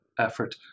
effort